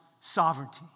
sovereignty